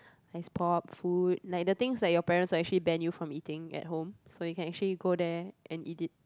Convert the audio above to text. ice pop food like the things like your parents will actually ban you from eating at home so you can actually go there and eat it